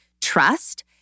trust